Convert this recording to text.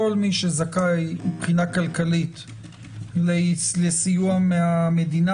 כל מי שזכאי מבחינה לסיוע מהמדינה,